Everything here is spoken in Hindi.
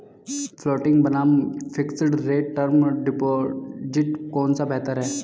फ्लोटिंग बनाम फिक्स्ड रेट टर्म डिपॉजिट कौन सा बेहतर है?